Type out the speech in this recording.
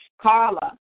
Carla